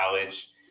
college